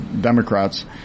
Democrats